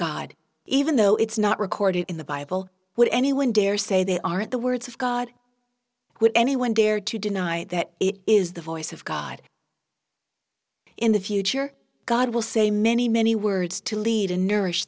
god even though it's not recorded in the bible would anyone dare say they aren't the words of god would anyone dare to deny that it is the voice of god in the future god will say many many words to lead a nour